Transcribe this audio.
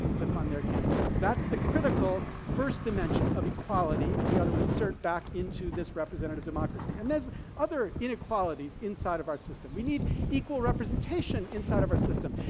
to fund their campaigns. that's the critical first dimension of equality we ought to insert back into this representative democracy. and there's other inequalities inside of our system. we need equal representation inside of our system.